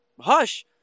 Hush